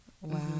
Wow